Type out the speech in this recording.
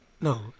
No